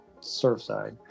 Surfside